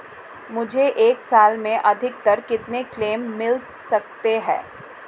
मुझे एक साल में अधिकतम कितने क्लेम मिल सकते हैं?